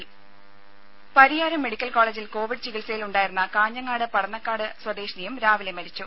രുമ പരിയാരം മെഡിക്കൽ കോളേജിൽ കോവിഡ് ചികിത്സയിലുണ്ടായിരുന്ന കാഞ്ഞങ്ങാട് പടന്നക്കാട് സ്വദേശിനിയും രാവിലെ മരിച്ചു